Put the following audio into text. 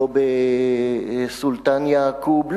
לא בסולטן-יעקוב,